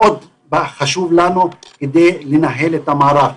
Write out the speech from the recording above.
חשוב לנו כדי לנהל את המערך.